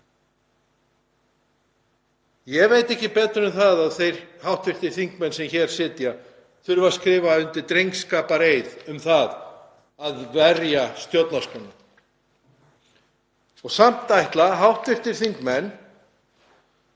Ég veit ekki betur en að þeir hv. þingmenn sem hér sitja þurfi að skrifa undir drengskapareið um það að verja stjórnarskrána. Samt ætla hv. þingmenn